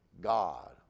God